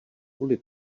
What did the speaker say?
kvůli